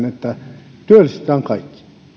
että työllistetään kaikki